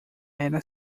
era